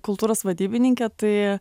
kultūros vadybininkė tai